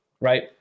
right